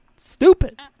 stupid